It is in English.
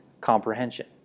comprehension